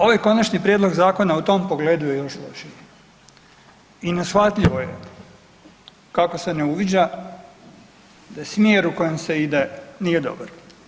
Ovaj konačni prijedlog zakona u tom pogledu je još lošiji, i ne shvatljivo je kako se ne uviđa da smjer u kojem se ide nije dobar.